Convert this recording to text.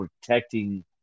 protecting